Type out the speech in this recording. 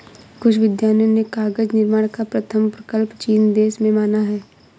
कुछ विद्वानों ने कागज निर्माण का प्रथम प्रकल्प चीन देश में माना है